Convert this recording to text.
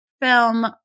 film